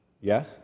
Yes